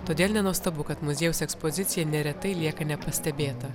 todėl nenuostabu kad muziejaus ekspozicija neretai lieka nepastebėta